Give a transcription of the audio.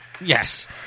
yes